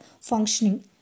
functioning